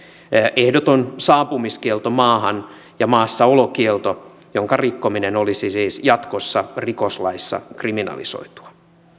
ehdoton saapumiskielto maahan ja maassaolokielto joiden rikkominen olisi siis jatkossa rikoslaissa kriminalisoitua